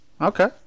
okay